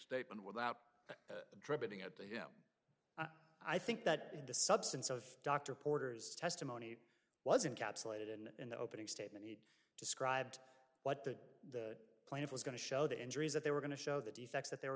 statement without dribbling it to him i think that the substance of dr porter's testimony wasn't capsulated and in the opening statement he described what that the plaintiff was going to show the injuries that they were going to show the defects that they were